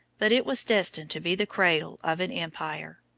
but it was destined to be the cradle of an empire.